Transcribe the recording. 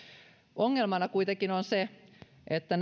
ongelmana kuitenkin on se että